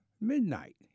Midnight